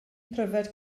pryfed